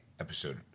episode